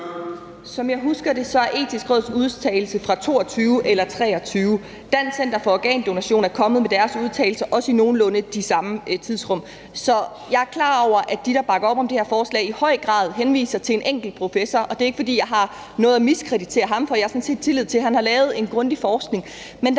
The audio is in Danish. Som jeg husker det, er Det Etiske Råds udtalelse fra 2022 eller 2023. Dansk Center for Organdonation er kommet med deres udtalelse også nogenlunde i de samme tidsrum. Så jeg er klar over, at de, der bakker op om det her forslag, i høj grad henviser til en enkelt professor, og det er ikke, fordi jeg har noget miskreditere ham for – jeg har sådan set tillid til, at han har lavet en grundig forskning